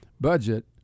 budget